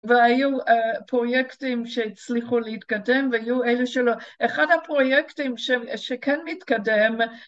והיו פרויקטים שהצליחו להתקדם והיו אלה שלא, אחד הפרויקטים שכן מתקדם